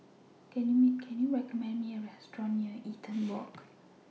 Can YOU recommend Me A Restaurant near Eaton Walk